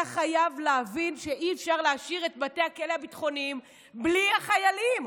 אתה חייב להבין שאי-אפשר להשאיר את בתי הכלא הביטחוניים בלי החיילים.